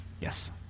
yes